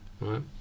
right